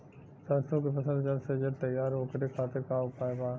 सरसो के फसल जल्द से जल्द तैयार हो ओकरे खातीर का उपाय बा?